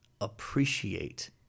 appreciate